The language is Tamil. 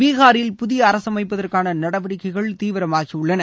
பிகாரில் புதிய அரசமைப்பதற்கான நடவடிக்கைகள் மும்முரமாகியுள்ளன